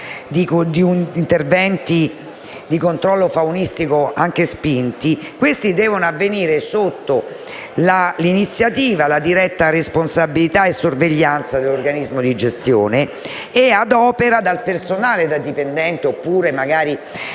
di interventi di controllo faunistico, anche spinti, questi devono avvenire su iniziativa e sotto la diretta responsabilità e sorveglianza dell’organismo di gestione e ad opera del personale dipendente, dei